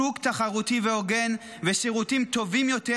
שוק תחרותי והוגן ושירותים טובים יותר